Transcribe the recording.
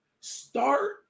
start